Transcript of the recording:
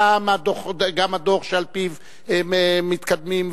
גם הדוח שעל-פיו מתקדמים.